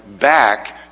back